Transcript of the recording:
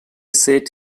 set